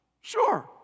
Sure